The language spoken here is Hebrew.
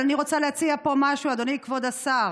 אבל אני רוצה להציע פה משהו, אדוני כבוד השר: